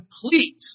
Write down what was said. complete